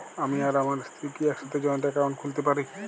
আমি আর আমার স্ত্রী কি একসাথে জয়েন্ট অ্যাকাউন্ট খুলতে পারি?